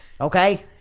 Okay